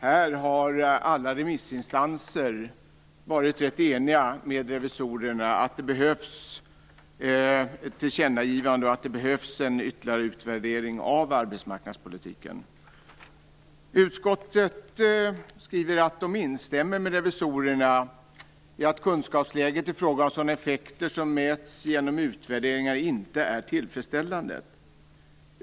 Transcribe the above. Här har alla remissinstanser varit rätt eniga med revisorerna om att det behövs ett tillkännagivande och en ytterligare utvärdering av arbetsmarknadsutbildningen. Utskottet skriver att man "instämmer med revisorerna i att kunskapsläget i fråga om sådana effekter som mäts genom utvärderingar inte är tillfredsställande.